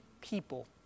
people